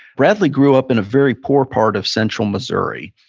bradley grew up in a very poor part of central missouri.